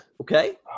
Okay